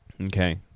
okay